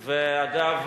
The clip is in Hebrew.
ואגב,